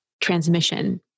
transmission